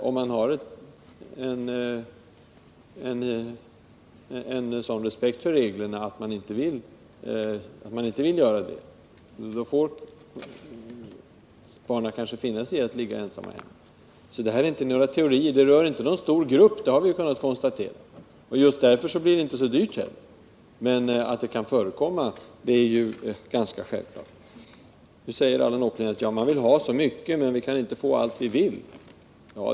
Om man har en sådan respekt för reglerna att man inte vill sjukskriva sig, så får barnen finna sig i att vara ensamma hemma. Det här rör inte någon stor grupp, har vi kunnat konstatera. Just därför blir det inte så dyrt heller. Att reformen kommer att användas är dock ganska självklart. Nu säger Allan Åkerlind: Ja, man vill ha så mycket, men vi kan inte få allt vi vill.